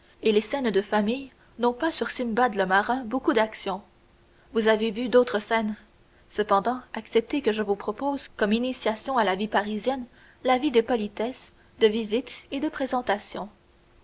et les scènes de famille n'ont pas sur simbad le marin beaucoup d'action vous avez vu d'autres scènes cependant acceptez que je vous propose comme initiation à la vie parisienne la vie de politesses de visites et de présentations